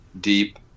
deep